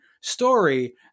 story